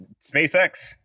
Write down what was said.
SpaceX